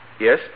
Yes